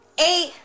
eight